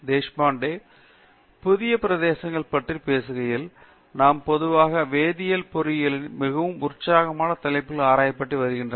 தேஷ்பாண்டே புதிய பிரதேசங்களைப் பற்றி பேசுகையில் நாம் பொதுவாக வேதியியல் பொறியியலில் மிகவும் உற்சாகமான தலைப்புகள் ஆராயப்பட்டு வருகின்றன